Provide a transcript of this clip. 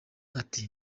ati